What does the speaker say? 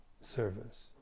service